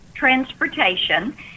transportation